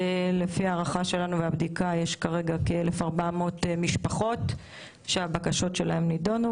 לפי הערכה והבדיקה שלנו יש כרגע כ-1,400 משפחות שהבקשות שלהן נידונו,